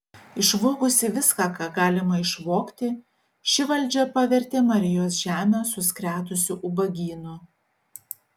išvogusi viską ką galima išvogti ši valdžia pavertė marijos žemę suskretusiu ubagynu